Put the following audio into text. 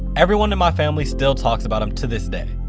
everyone in my family still talks about him to this day,